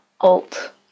Alt